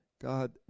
God